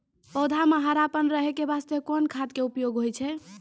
पौधा म हरापन रहै के बास्ते कोन खाद के उपयोग होय छै?